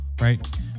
right